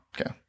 Okay